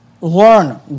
Learn